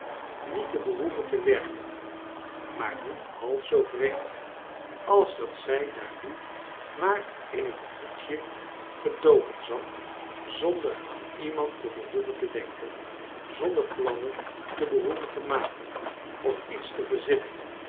niet te behoeven te werken maar niet half zoo vreemd als dat zij daar nu maar in een hoekje gedoken zat zonder aan iemand te behoeven te denkem zonder plannen te behoeven te makeft of iets te verzinnen